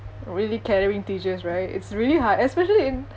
really caring teachers right it's really hard especially in